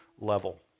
level